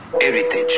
heritage